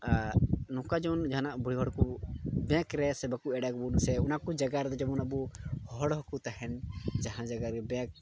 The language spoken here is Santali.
ᱟᱨ ᱱᱚᱝᱠᱟ ᱡᱮᱢᱚᱱ ᱡᱟᱦᱟᱱᱟᱜ ᱵᱩᱲᱦᱤ ᱦᱚᱲ ᱠᱚ ᱵᱮᱝᱠ ᱨᱮᱥᱮ ᱵᱟᱠᱚ ᱮᱲᱮ ᱵᱚᱱ ᱥᱮ ᱚᱱᱟ ᱠᱚ ᱡᱟᱭᱜᱟ ᱨᱮᱫᱚ ᱡᱮᱢᱚᱱ ᱟᱵᱚ ᱦᱚᱲ ᱦᱚᱸᱠᱚ ᱛᱟᱦᱮᱱ ᱡᱟᱦᱟᱸ ᱡᱟᱭᱜᱟ ᱨᱮ ᱵᱮᱝᱠ